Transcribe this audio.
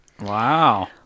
Wow